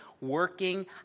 working